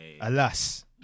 Alas